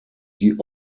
die